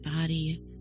body